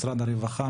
משרד הרווחה,